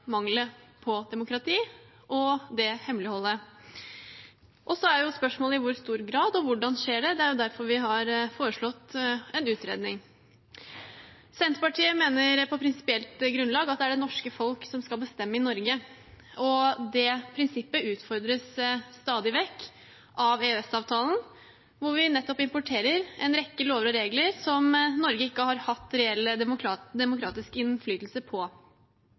hemmeligholdet. Så er spørsmålet i hvor stor grad og hvordan det skjer. Det er derfor vi har foreslått en utredning. Senterpartiet mener på prinsipielt grunnlag at det er det norske folk som skal bestemme i Norge. Det prinsippet utfordres stadig vekk av EØS-avtalen, der vi nettopp importerer en rekke lover og regler som Norge har ikke hatt reell demokratisk innflytelse på.